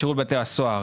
בשירות בתי הסוהר